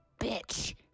Bitch